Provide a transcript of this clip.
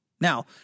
Now